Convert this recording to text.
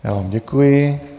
Já vám děkuji.